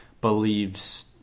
believes